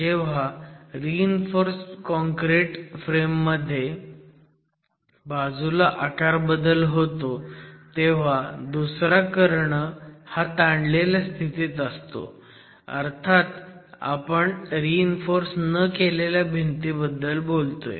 जेव्हा रीइन्फोर्स काँक्रीर फ्रेम मध्ये बाजूला आकार बदल होतो तेव्हा दुसरा कर्ण का ताणलेल्या स्थितीत असतो अर्थात आपण रीइन्फोर्स न केलेल्या भिंतीबद्दल बोलतोय